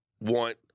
want